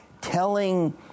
telling